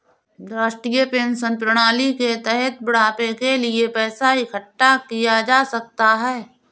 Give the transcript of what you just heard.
राष्ट्रीय पेंशन प्रणाली के तहत बुढ़ापे के लिए पैसा इकठ्ठा किया जा सकता है